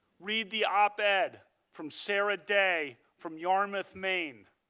read the op ed from sarah day from yarmouth, maine.